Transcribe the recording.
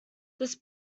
this